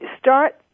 start